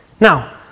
Now